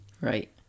Right